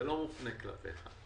זה לא מופנה כלפיך.